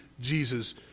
Jesus